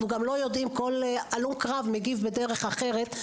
אנחנו גם לא יודעים מה יהיו ההשפעות כי כל הלום קרב מגיב בדרך אחרת.